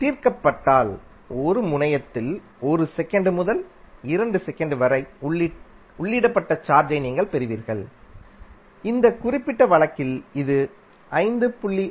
தீர்க்கப்பட்டால் ஒரு முனையத்தில் 1 செகண்ட் முதல் 2 செகண்ட் வரை உள்ளிடப்பட்ட சார்ஜை நீங்கள் பெறுவீர்கள் இந்த குறிப்பிட்ட வழக்கில் அது 5